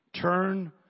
Turn